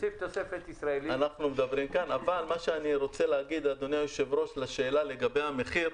תוסיף תוספת ישראלית -- מה שאני רוצה להגיד לגבי המחיר,